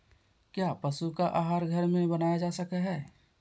क्या पशु का आहार घर में बनाया जा सकय हैय?